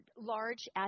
large